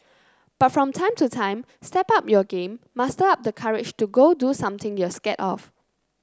but from time to time step up your game muster up the courage and go do something you're scared of